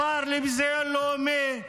השר לביזיון לאומי,